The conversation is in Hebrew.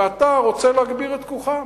ואתה רוצה להגביר את כוחם.